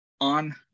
on